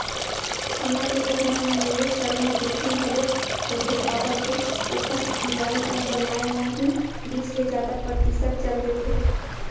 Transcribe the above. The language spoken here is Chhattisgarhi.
सोना के गहना म निवेस करे म जोखिम घलोक होथे काबर के ओखर डिजाइन अउ बनाए म ही बीस ले जादा परतिसत चल देथे